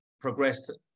progressed